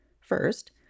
First